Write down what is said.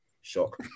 Shock